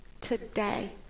today